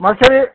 ಮಸರು ಇ